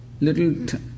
little